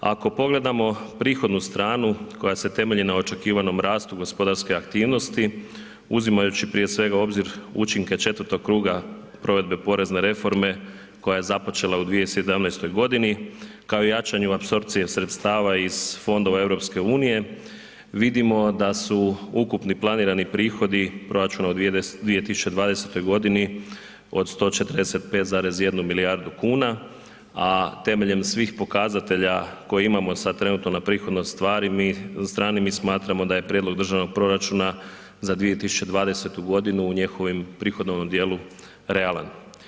Ako pogledamo prihodnu stranu koja se temelji na očekivanom rastu gospodarske aktivnosti uzimajući prije svega u obzir učinke četvrtog kruga provedbe porezne reforme koja je započela u 2017. godini, kao i jačanju apsorpcije sredstava iz fondova EU, vidimo da su ukupni planirani prihodi proračuna u 2020. godini od 145,1 milijardu kuna, a temeljem svih pokazatelje koje imamo trenutno na prihodnoj strani mi smatramo da je prijedlog državnog proračuna za 2020. godinu u njegovom prihodovnom dijelu realan.